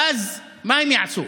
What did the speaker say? ואז, מה הם יעשו?